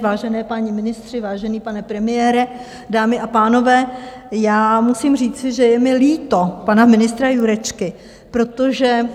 Vážení páni ministři, vážený pane premiére, dámy a pánové, já musím říci, že je mi líto pana ministra Jurečky, protože